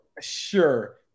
sure